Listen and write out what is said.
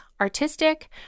artistic